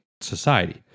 society